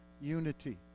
unity